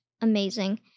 amazing